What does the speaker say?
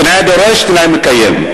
נאה דורש ונאה מקיים.